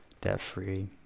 Debt-free